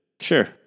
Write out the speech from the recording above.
Sure